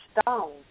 stone